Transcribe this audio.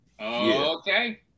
Okay